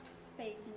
space